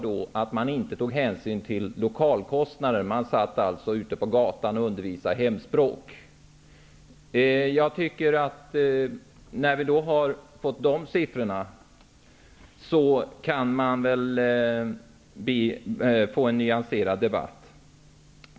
I den uträkningen togs ingen hänsyn till lokalkostnader -- När vi har fått fram den siffran, borde det väl kunna föras en nyanserad debatt.